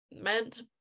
meant